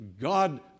God